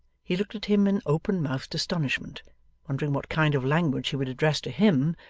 he looked at him in open-mouthed astonishment wondering what kind of language he would address to him,